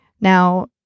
Now